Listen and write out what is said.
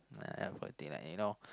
like everything like you know